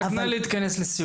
אני רק אומרת